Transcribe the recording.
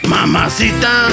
Mamacita